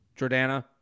Jordana